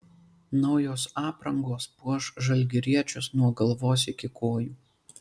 naujos aprangos puoš žalgiriečius nuo galvos iki kojų